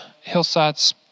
Hillside's